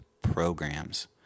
programs